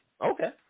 Okay